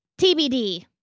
TBD